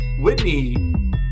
Whitney